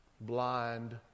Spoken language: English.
blind